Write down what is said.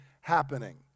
happening